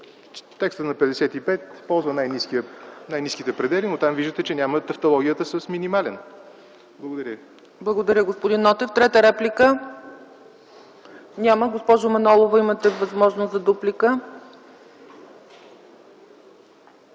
Текстът на чл. 55 ползва най-ниските предели, но там виждате, че няма тавтологията с минимален. Благодаря ви. ПРЕДСЕДАТЕЛ ЦЕЦКА ЦАЧЕВА: Благодаря, господин Нотев. Трета реплика? Няма. Госпожо Манолова, имате възможност за дуплика.